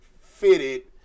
fitted